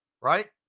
right